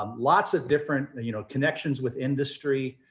um lots of different, you know, connections with industry,